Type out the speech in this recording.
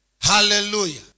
hallelujah